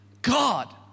God